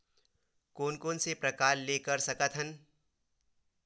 कोन कोन से प्रकार ले कर सकत हन?